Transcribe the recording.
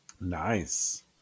Nice